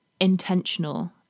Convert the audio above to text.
intentional